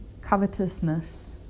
covetousness